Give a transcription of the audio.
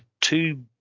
two